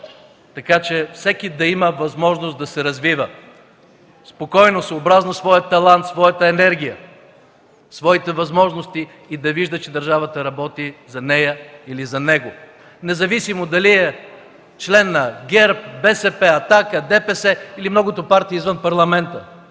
така че всеки да има възможност да се развива – спокойно, съобразно своя талант, съобразно своята енергия, своите възможности и да вижда, че държавата работи за нея или за него, независимо дали е член на ГЕРБ, БСП, „Атака”, ДПС или многото партии извън Парламента.